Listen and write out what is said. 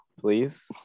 Please